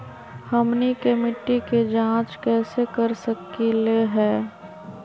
हमनी के मिट्टी के जाँच कैसे कर सकीले है?